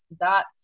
dot